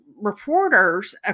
reporters